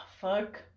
fuck